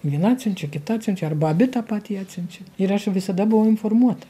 viena atsiunčia kita atsiunčia arba abi tą patį atsiunčia ir aš visada buvau informuota